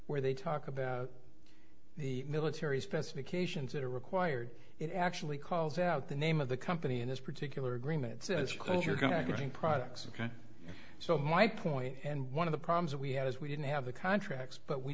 where they talk about the military specifications that are required it actually calls out the name of the company in this particular agreement says quote you're going to bring products and so my point and one of the problems that we have is we didn't have the contracts but we